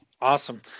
Awesome